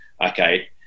okay